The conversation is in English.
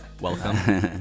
Welcome